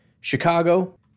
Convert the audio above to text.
Chicago